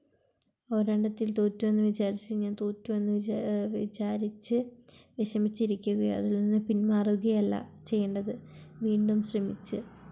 ഒരെണ്ണത്തിൽ തോറ്റു എന്ന് വിചാരിച്ച് ഞാൻ തോറ്റു എന്ന് വിച വിചാരിച്ച് വഷമിച്ചിരിക്കുകയല്ല പിന്മാറുകയല്ല ചെയ്യേണ്ടത് വീണ്ടും ശ്രമിച്ച്